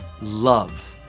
Love